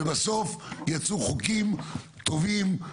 ובסוף יצאו חוקים טובים,